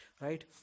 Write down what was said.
right